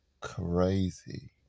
crazy